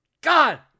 God